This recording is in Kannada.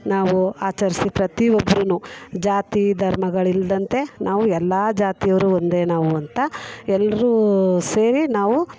ನಾವು ಆಚರಿಸಿ ಪ್ರತಿಯೊಬ್ರುನೂ ಜಾತಿ ಧರ್ಮಗಳಿಲ್ಲದಂತೆ ನಾವು ಎಲ್ಲ ಜಾತಿಯವರು ಒಂದೇ ನಾವು ಅಂತ ಎಲ್ಲರೂ ಸೇರಿ ನಾವು